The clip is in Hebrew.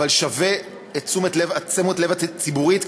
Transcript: אבל שווה את תשומת הלב הציבורית,